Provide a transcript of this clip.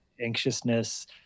anxiousness